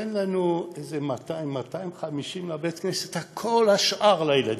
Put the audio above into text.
תן לנו איזה 200 250 לבית-הכנסת, כל השאר לילדים.